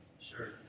Sure